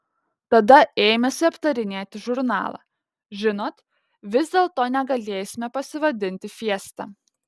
tada ėmėsi aptarinėti žurnalą žinot vis dėlto negalėsime pasivadinti fiesta